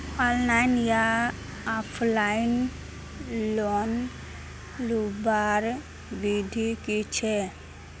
Online या offline loan लुबार विधि की छे?